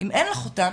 אם אין לך אותן,